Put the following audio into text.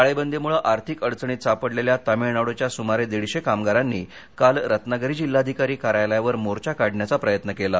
टाळेबंदीमुळे आर्थिक अडचणीत सापडलेल्या तामीळनाडूच्या सुमारे दीडशे कामगारांनी काल रत्नागिरी जिल्हाधिकारी कार्यालयावर मोर्चा काढण्याचा प्रयत्न केला